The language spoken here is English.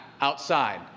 outside